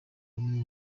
bamwe